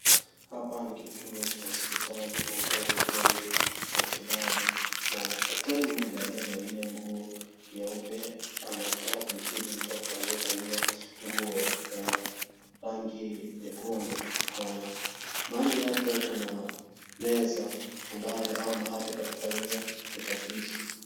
Hapa ni kituo cha hospitali mandhari yakiwa ni ya matibabu na daktari mmoja aliyevalia nguo nyeupe anataka kumtibu mtoto aliyevalia nguo ya rangi nyekundu na mahali hapo kuna meza ambayo mahali hapo ni pakufanyia utafiti.